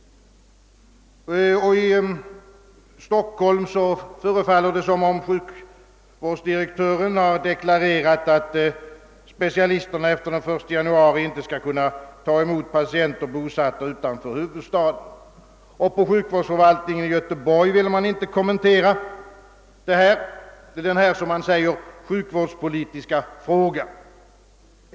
I Stockholm förefaller det som om sjukvårdsdirektören har deklarerat att specialisterna efter 1 januari inte skall kunna ta emot patienter bosatta utanför huvudstaden. Hos sjukvårdsförvaltningen i Göteborg ville man inte kommentera denna som man säger »sjukvårdspolitiska fråga».